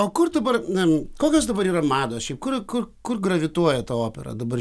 o kur dabar na kokios dabar yra mados šiaip kur kur kur gravituoja ta opera dabar